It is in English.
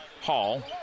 Hall